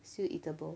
still eatable